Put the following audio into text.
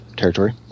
territory